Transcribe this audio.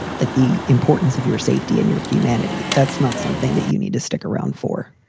like the importance of your safety and your humanity. that's not something that you need to stick around for